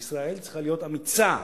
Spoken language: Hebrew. וישראל צריכה להיות אמיצה